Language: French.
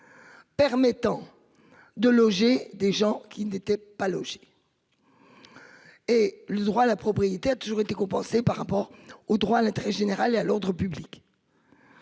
Permettant de loger des gens qui n'étaient pas logées. Et le droit à la propriété a toujours été compensé par rapport au droit à l'intérêt général et à l'ordre public.